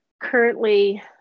currently